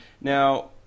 Now